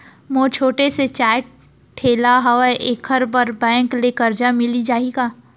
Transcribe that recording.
मोर छोटे से चाय ठेला हावे एखर बर बैंक ले करजा मिलिस जाही का?